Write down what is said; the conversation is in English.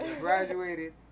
graduated